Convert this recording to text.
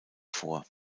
vor